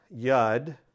Yud